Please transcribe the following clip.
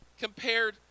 compared